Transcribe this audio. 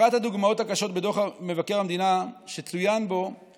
אחת הדוגמאות הקשות שצוינה בדוח מבקר המדינה שצוין פה היא